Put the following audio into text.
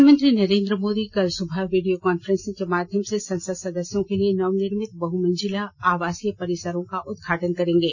प्रधानमंत्री नरेंद्र मोदी कल सुबह वीडियो कॉन्फ्रेंसिंग के माध्यम से संसद सदस्यों के लिए नवनिर्मित बहुमंजिला आवासीय परिसरों का उद्घाटन करेंगे